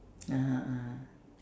(uh huh) (uh huh)